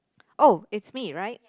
oh it's me right